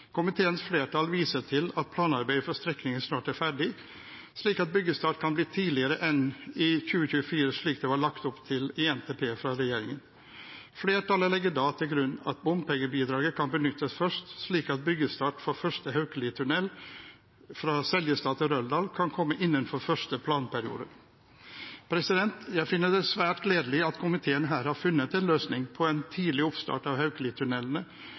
Komiteens flertall viser til at planarbeidet for strekningen snart er ferdig, slik at byggestart kan bli tidligere enn i 2024, slik det var lagt opp til i NTP fra regjeringen. Flertallet legger da til grunn at bompengebidraget kan benyttes først, slik at byggestart for første Haukelitunnel, fra Seljestad til Røldal, kan komme innenfor første planperiode. Jeg finner det svært gledelig at komiteen her har funnet en løsning på en tidlig oppstart av